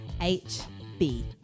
H-B